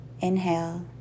Inhale